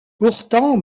pourtant